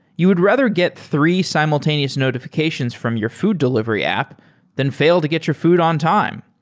you would rather get three simultaneous notifi cations from your food delivery app than fail to get your food on time.